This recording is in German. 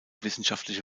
wissenschaftliche